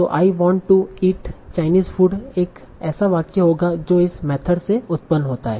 तों I want to eat Chinese food एक ऐसा वाक्य होगा जो इस मेथड से उत्पन्न होता है